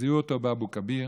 זיהו אותו באבו כביר.